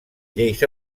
lleis